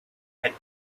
had